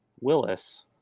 Willis